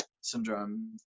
syndrome